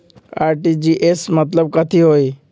RTGS के मतलब कथी होइ?